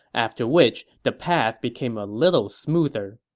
after which the path became a little smoother.